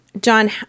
John